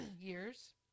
years